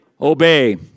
obey